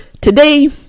Today